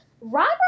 Robert